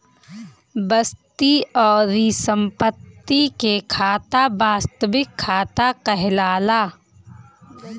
वस्तु अउरी संपत्ति के खाता वास्तविक खाता कहलाला